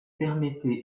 permettait